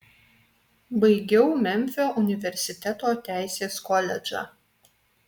baigiau memfio universiteto teisės koledžą